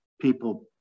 people